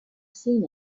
seen